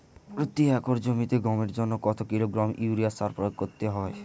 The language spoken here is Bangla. প্রতি একর জমিতে গমের জন্য কত কিলোগ্রাম ইউরিয়া সার প্রয়োগ করতে হয়?